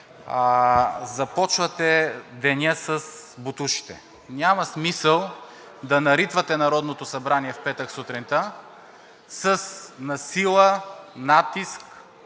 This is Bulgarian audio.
Започвате деня с ботушите! Няма смисъл да наритвате Народното събрание в петък сутринта насила, с натиск,